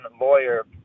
lawyer